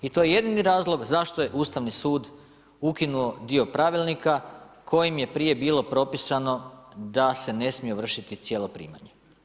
I to je jedini razlog zašto je Ustavni sud ukinuo dio pravilnika kojim je prije bilo propisano da se ne smije vršiti cijela primanja.